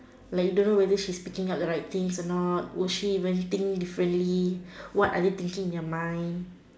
like don't know whether is she picking up the right things or not would she even thinking differently what are they thinking in their mind